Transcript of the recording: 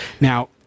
now